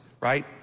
right